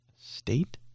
state